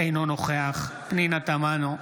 אינו נוכח פנינה תמנו,